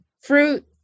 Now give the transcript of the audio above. fruit